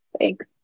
Thanks